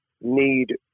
need